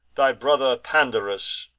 thy brother, pandarus,